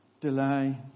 delay